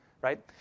right